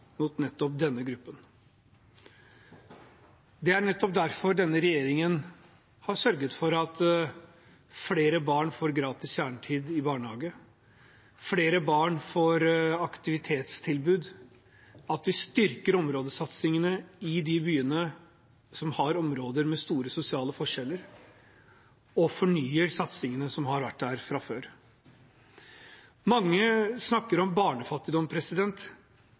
mot nettopp denne gruppen. Det er derfor denne regjeringen har sørget for at flere barn får gratis kjernetid i barnehage, at flere barn får aktivitetstilbud, at vi styrker områdesatsingene i de byene som har områder med store sosiale forskjeller, og fornyer satsingene som har vært der fra før. Mange snakker om barnefattigdom,